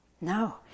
no